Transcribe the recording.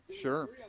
Sure